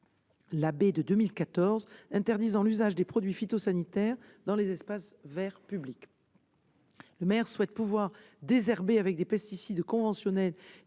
Labbé de 2014 interdisant l'usage des produits phytosanitaires dans les espaces verts publics. En effet, il souhaite pouvoir désherber avec des pesticides conventionnels